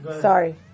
Sorry